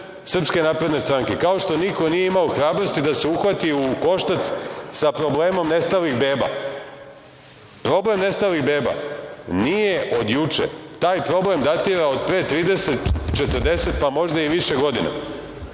proceduru sem SNS, kao što niko imao hrabrosti da se uhvati u koštac sa problemom nestalih beba. Problem nestalih beba nije od juče, taj problem datira od pre 30, 40, pa možda i više godina.